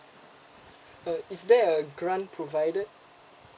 uh is there a grant provided